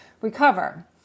recover